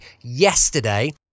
yesterday